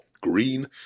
green